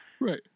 Right